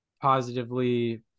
positively